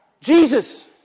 Jesus